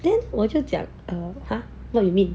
then 我就讲 oh !huh! what you mean